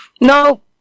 No